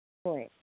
ꯍꯣꯏ